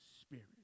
Spirit